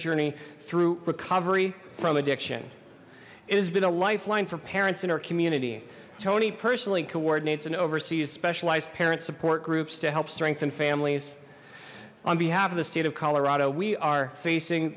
journey through recovery from addiction it has been a lifeline for parents in our community tony personally coordinates and oversees specialized parents support groups to help strengthen families on behalf of the state of colorado we are facing